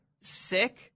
sick